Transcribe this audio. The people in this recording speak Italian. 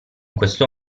questo